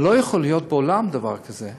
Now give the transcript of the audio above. אבל לא יכול להיות בעולם דבר כזה,